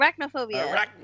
arachnophobia